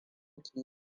ki